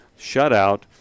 shutout